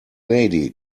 lady